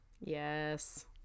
Yes